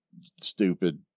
stupid